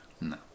no